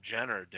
Jenner